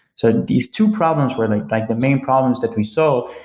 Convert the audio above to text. so these two problems, where like like the main problems that we saw,